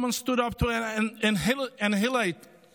someone stood up to annihilate us,